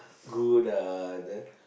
good ah and then